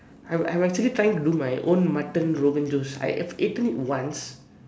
I'm I'm actually trying to do my own Mutton Rogan Josh I have eaten it once